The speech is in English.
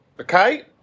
Okay